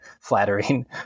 flattering